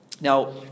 Now